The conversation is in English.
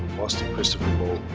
austin christopher bowlin.